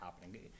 happening